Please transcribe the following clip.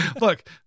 Look